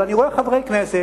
אבל אני רואה חברי כנסת,